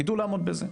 ידעו לעמוד בזה.